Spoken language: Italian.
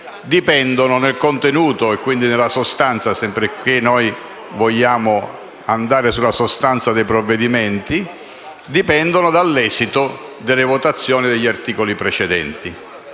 dipendono, nel contenuto e quindi nella sostanza (sempre che si voglia andare alla sostanza dei provvedimenti), dall'esito delle votazioni degli articoli precedenti.